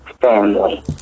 family